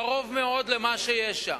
קרוב מאוד למה שיש שם.